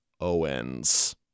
Owens